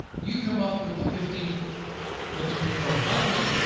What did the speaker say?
you come up with the fifty linchpin goals. and by the way,